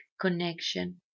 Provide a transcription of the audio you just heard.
connection